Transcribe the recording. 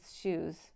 shoes